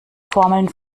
formeln